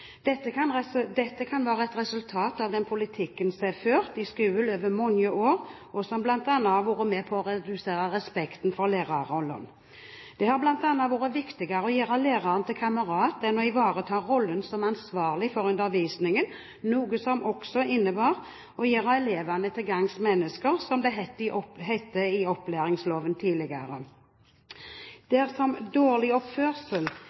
Dette kan være et resultat av den politikken som er ført i skolen over mange år, og som bl.a. har vært med på å redusere respekten for lærerrollen. Det har bl.a. vært viktigere å gjøre læreren til kamerat enn at læreren ivaretar rollen som ansvarlig for undervisningen, noe som også innebærer å gjøre elevene til «gagns menneske», som det het i opplæringsloven tidligere. Dersom dårlig oppførsel